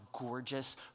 gorgeous